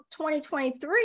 2023